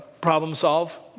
problem-solve